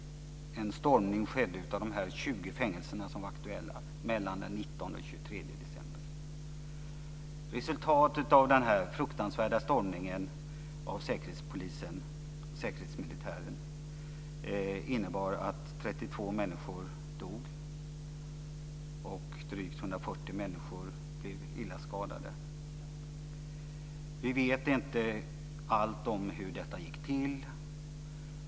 En stormning skedde av de aktuella 20 fängelserna den 19-23 december. Resultatet av den fruktansvärda stormningen av säkerhetsmilitären innebar att 32 människor dog och drygt 140 människor blev illa skadade. Vi vet inte allt om hur detta gick till.